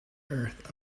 earth